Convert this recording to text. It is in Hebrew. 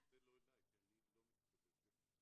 וכולנו יודעים מה אנחנו מרגישים כשהילד שלנו חולה,